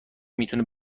میتونه